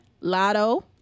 lotto